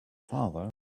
father